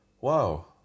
wow